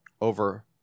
over